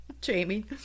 Jamie